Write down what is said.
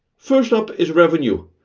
first up is revenue.